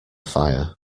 fire